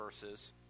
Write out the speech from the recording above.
verses